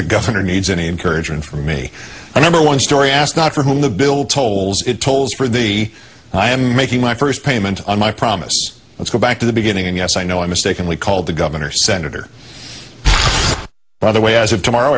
the governor needs any encouragement from me the number one story ask not for whom the bill tolls it tolls for thee i am making my first payment on my promise let's go back to the beginning and yes i know i mistakenly called the governor senator by the way as of tomorrow